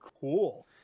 cool